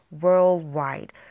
worldwide